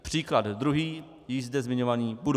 Příklad druhý, již zde zmiňovaný Budvar.